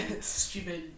stupid